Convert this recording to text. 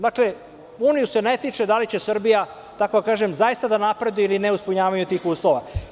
Dakle, Uniji se ne tiče da li će Srbija zaista da napreduje ili ne u ispunjavanju tih uslova.